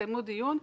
תקיימו דיון.